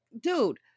Dude